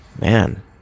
Man